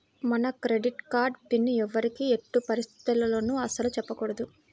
మన credit card PIN ఎవ్వరికీ ఎట్టి పరిస్థితుల్లోనూ అస్సలు చెప్పకూడదు